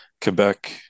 Quebec